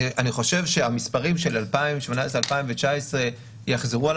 אני חושב שהמספרים של 2018-2019 יחזרו על